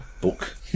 book